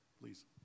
Please